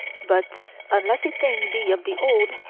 but, unless a thing be of the old,